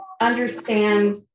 understand